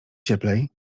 cieplej